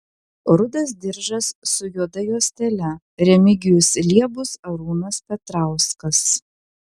rudas diržas su juoda juostele remigijus liebus arūnas petrauskas